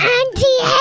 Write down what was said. Auntie